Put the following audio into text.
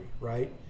right